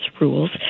rules